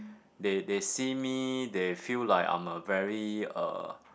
they they see me they feel like I'm a very uh